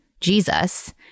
Jesus